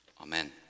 Amen